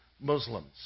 Muslims